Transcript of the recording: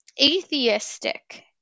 atheistic